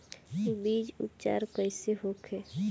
बीज उपचार कइसे होखे?